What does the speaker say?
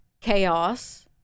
chaos